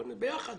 בוא נלך ביחד.